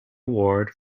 award